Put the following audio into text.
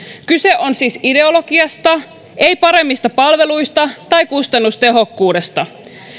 kyse on siis ideologiasta ei paremmista palveluista tai kustannustehokkuudesta